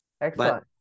Excellent